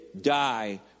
die